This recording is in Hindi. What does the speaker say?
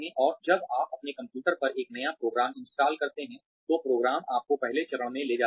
और जब आप अपने कंप्यूटर पर एक नया प्रोग्राम इंस्टॉल करते हैं तो प्रोग्राम आपको पहले चरण में ले जाता है